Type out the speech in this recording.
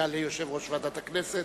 ואחר כך הודעה ליושב-ראש ועדת הכנסת.